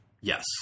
yes